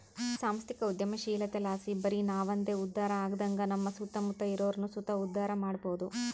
ಸಾಂಸ್ಥಿಕ ಉದ್ಯಮಶೀಲತೆಲಾಸಿ ಬರಿ ನಾವಂದೆ ಉದ್ಧಾರ ಆಗದಂಗ ನಮ್ಮ ಸುತ್ತಮುತ್ತ ಇರೋರ್ನು ಸುತ ಉದ್ಧಾರ ಮಾಡಬೋದು